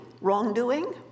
wrongdoing